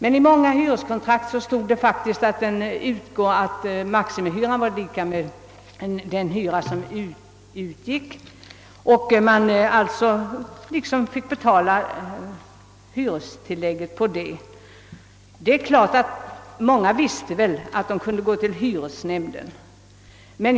Av många kontrakt framgick det faktiskt att grundhyran var lika med den hyra som utgick och att denna således skulle ligga till grund för hyreshöjningen.